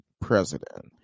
president